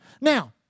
Now